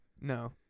No